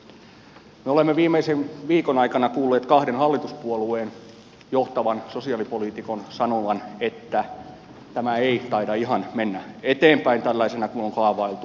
me olemme viimeisen viikon aikana kuulleet kahden hallituspuolueen johtavan sosiaalipoliitikon sanovan että tämä ei taida mennä eteenpäin ihan tällaisena kuin on kaavailtu